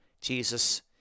Jesus